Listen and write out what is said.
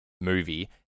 movie